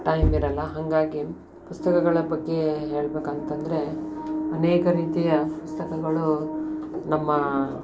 ಟೈಮಿರೋಲ್ಲ ಹಾಗಾಗಿ ಪುಸ್ತಕಗಳ ಬಗ್ಗೆ ಹೇಳಬೇಕಂತಂದ್ರೆ ಅನೇಕ ರೀತಿಯ ಪುಸ್ತಕಗಳು ನಮ್ಮ